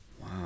Wow